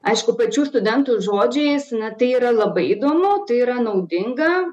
aišku pačių studentų žodžiais na tai yra labai įdomu tai yra naudinga